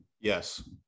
yes